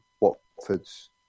Watford's